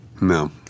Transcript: No